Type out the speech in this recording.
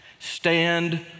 Stand